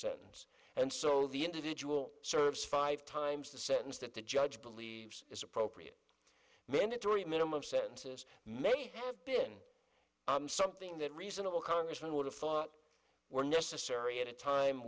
sentence and so the individual serves five times the sentence that the judge believes is appropriate mandatory minimum sentences may have been something that reasonable congressman would have thought were necessary at a time